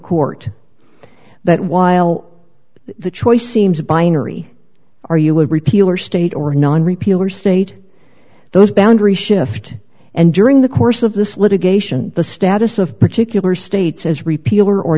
court that while the choice seems a binary or you would repeal or state or non repeal or state those boundaries shift and during the course of this litigation the status of particular states as repeal or or